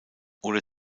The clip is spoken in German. oder